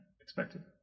expected